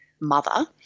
mother